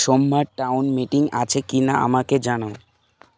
সোমবার town meeting আছে কি না আমাকে জানাও